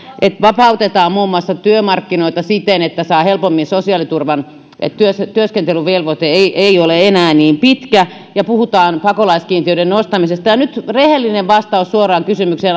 että vapautetaan muun muassa työmarkkinoita siten että saa helpommin sosiaaliturvan työskentelyvelvoite ei ole enää niin pitkä ja puhutaan pakolaiskiintiöiden nostamisesta ja nyt nyt rehellinen vastaus suoraan kysymykseen